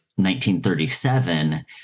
1937